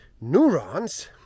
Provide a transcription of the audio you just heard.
Neurons